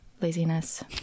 laziness